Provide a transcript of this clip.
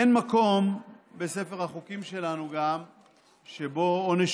אין מקום בספר החוקים שלנו שבו עונש